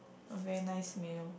a very nice meal